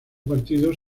partidos